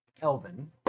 Elvin